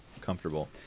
comfortable